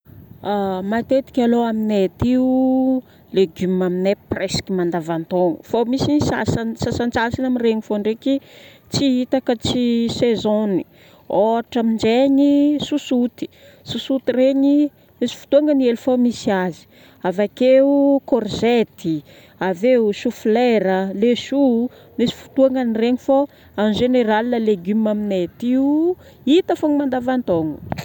Matetiky alôha aminay aty io, légumes aminay presque mandavantaogno. Fô misy sasany, sasantsasany amin'iregny fô ndraiky tsy hita ka tsy saison-ny. Ohatra amin'izegny, chouchoute. Chouchoute regny misy fotoagnany efa misy azy. Avakeo, kôrzety. Aveo choux flera, besoa. Misy fotoagnany regny fô en général légume aminay aty io hita fogna mandavan-taogno.